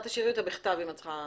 בכתב.